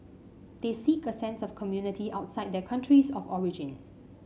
they seek a sense of community outside their countries of origin